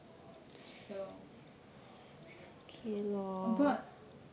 ya lor but